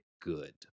good